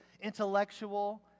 intellectual